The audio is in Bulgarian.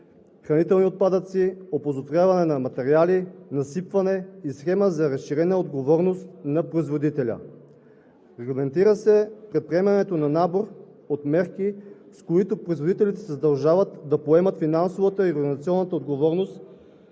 „хранителни отпадъци“, „оползотворяване на материали“, „насипване“ и „схема за разширена отговорност на производителя“. Регламентира се предприемането на набор от мерки, с които производителите се задължават да поемат финансова и организационна отговорност